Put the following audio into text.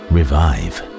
Revive